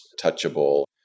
touchable